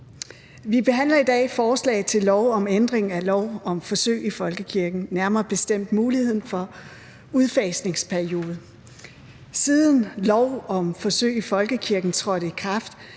Vi behandler i dag forslag til lov om ændring af lov om forsøg i folkekirken, nærmere bestemt muligheden for en udfasningsperiode. Siden lov om forsøg i folkekirken trådte i kraft,